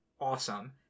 awesome